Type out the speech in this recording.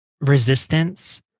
resistance